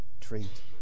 treat